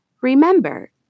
Remember